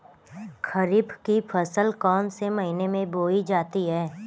खरीफ की फसल कौन से महीने में बोई जाती है?